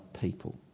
people